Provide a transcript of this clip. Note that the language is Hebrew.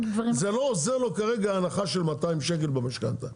זה לא עוזר לו כרגע הנחה של 200 שקלים במשכנתה.